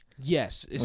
Yes